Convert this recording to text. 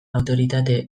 autoritate